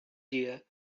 gear